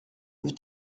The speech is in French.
veux